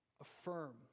affirm